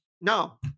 No